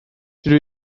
dydw